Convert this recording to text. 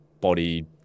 body